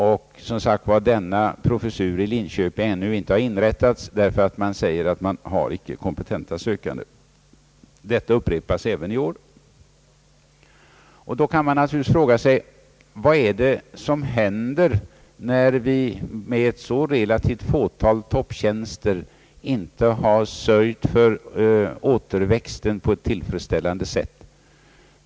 Professuren i Linköping är som sagt ännu inte inrättad därför att det enligt vad som uppges inte finns kompetenta sökande. Detta upprepas även i år. Man kan naturligtvis då fråga sig: Vad är det som händer när vi med ett så relativt litet antal topptjänster som finns inte har sörjt för återväxten på ett tillfredsställande sätt?